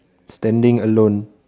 standing alone